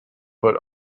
put